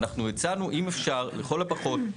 אנחנו הצענו אם אפשר לכל הפחות,